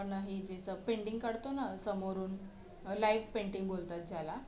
आपणही ज्याचं पेंटिंग काढतो ना समोरून लाईट पेंटिंग बोलतात ज्याला